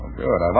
good